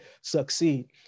succeed